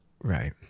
Right